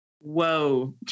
Whoa